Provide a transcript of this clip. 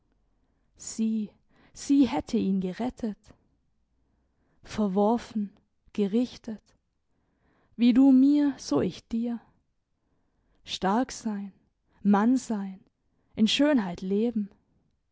sie sie hätte ihn gerettet verworfen gerichtet wie du mir so ich dir stark sein mann sein in schönheit leben